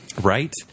Right